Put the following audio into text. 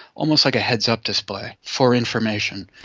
almost like a heads-up display for information.